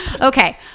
okay